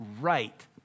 right